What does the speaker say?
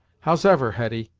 howsever, hetty,